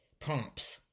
prompts